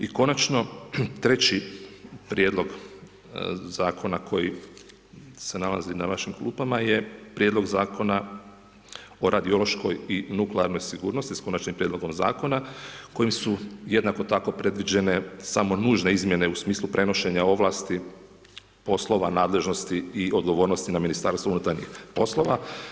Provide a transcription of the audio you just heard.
I konačno, treći prijedlog Zakona koji se nalazi na vašim klupama je prijedlog Zakona o radiološkoj i nuklearnog sigurnosti s konačnim prijedlogom zakonima su jednako tako predviđene samo nužne izmjene u smislu prenošenje ovlasti poslova nadležnosti i odgovornosti na Ministarstvo unutarnjih poslova.